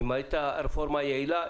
אם הייתה רפורמה יעילה.